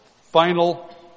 final